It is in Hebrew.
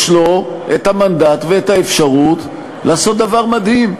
יש לו מנדט ואפשרות לעשות דבר מדהים: